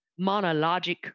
monologic